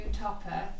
Topper